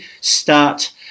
start